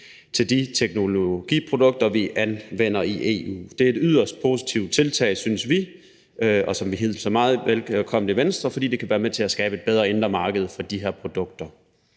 til de teknologiprodukter, vi anvender i EU. Det er et yderst positivt tiltag, synes vi, og som vi i Venstre hilser meget velkommen, fordi det kan være med til at skabe et bedre indre marked for de her produkter.